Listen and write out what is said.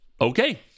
Okay